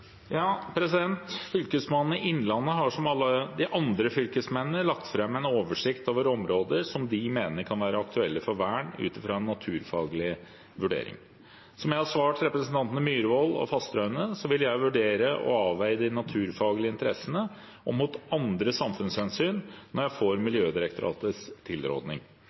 Innlandet har, som alle de andre fylkesmennene, lagt fram en oversikt over områder som de mener kan være aktuelle for vern ut ifra en naturfaglig vurdering. Som jeg har svart representantene Myhrvold og Fasteraune, vil jeg vurdere og avveie de naturfaglige interessene opp mot andre samfunnshensyn når jeg får Miljødirektoratets tilrådning.